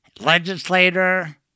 legislator